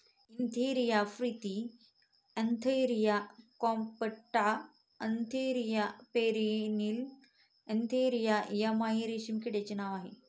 Antheraea frithi Antheraea compta Antheraea pernyi Antheraea yamamai रेशीम किड्याचे नाव आहे